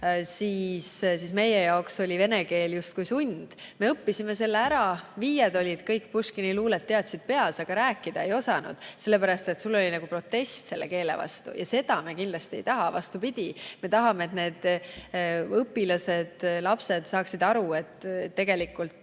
siis meie jaoks oli vene keel justkui sund, me õppisime selle ära, hinded olid viied, kõik teadsid Puškini luulet peast, aga rääkida me ei osanud, sellepärast et meil oli nagu protest selle keele vastu. Ja seda me kindlasti ei taha. Vastupidi, me tahame, et need lapsed saaksid aru, et tegelikult